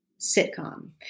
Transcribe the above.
sitcom